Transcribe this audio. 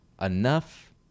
enough